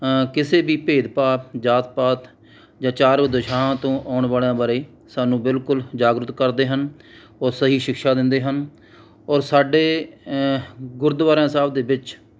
ਕਿਸੇ ਵੀ ਭੇਦ ਭਾਵ ਜਾਤ ਪਾਤ ਜਾਂ ਚਾਰੋਂ ਦਿਸ਼ਾ ਤੋਂ ਆਉਣ ਵਾਲਿਆਂ ਬਾਰੇ ਸਾਨੂੰ ਬਿਲਕੁਲ ਜਾਗਰੂਕ ਕਰਦੇ ਹਨ ਔਰ ਸਹੀ ਸ਼ਿਖਸਾ ਦਿੰਦੇ ਹਨ ਔਰ ਸਾਡੇ ਗੁਰਦੁਆਰਿਆਂ ਸਾਹਿਬ ਦੇ ਵਿੱਚ